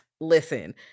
listen